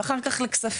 ואחר כך לכספים,